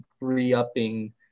re-upping